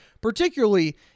particularly